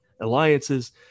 alliances